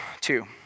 two